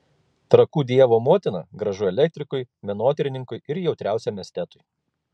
trakų dievo motina gražu elektrikui menotyrininkui ir jautriausiam estetui